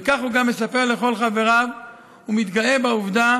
וכך הוא גם מספר לכל חבריו ומתגאה בעובדה